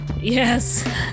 yes